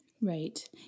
Right